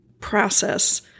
process